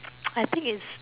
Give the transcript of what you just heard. I think is